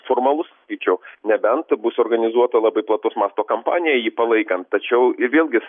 formalus sakyčiau nebent bus organizuota labai plataus masto kampanija jį palaikant tačiau ir vėlgi